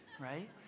right